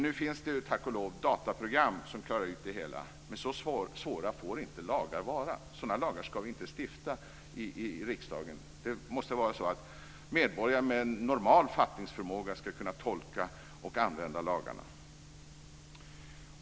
Nu finns det tack och lov dataprogram som klarar det hela, men så svåra får inte lagar vara. Sådana lagar ska vi inte stifta i riksdagen. Det måste vara så att medborgare med normal fattningsförmåga ska kunna tolka och använda lagarna.